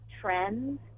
trends